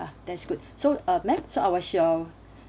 ah that's good so uh ma'am so I was your